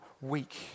weak